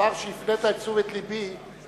הדבר שהפנית את תשומת לבי אליו,